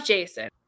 Jason